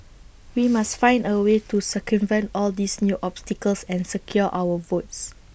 we must find A way to circumvent all these new obstacles and secure our votes